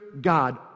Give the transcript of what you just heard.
God